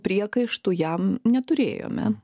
priekaištų jam neturėjome